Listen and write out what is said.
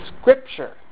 scripture